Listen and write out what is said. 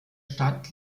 stadt